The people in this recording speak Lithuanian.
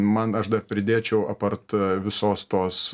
man aš dar pridėčiau apart visos tos